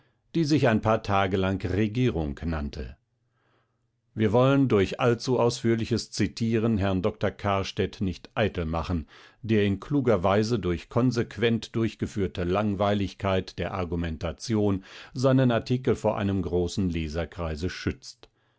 die sich ein paar tage lang regierung nannte wir wollen durch allzu ausführliches zitieren herrn dr kahrstedt nicht eitel machen der in kluger weise durch konsequent durchgeführte langweiligkeit der argumentation seinen artikel vor einem großen leserkreise schützt